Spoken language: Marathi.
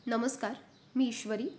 नमस्कार मी ईश्वरी